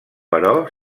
però